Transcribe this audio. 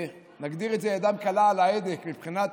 נגדיר את זה, ידם קלה על ההדק מבחינת